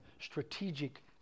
strategic